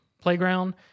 playground